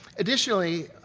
additionally,